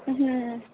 ਹਮ ਹਮ